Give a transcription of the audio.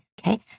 okay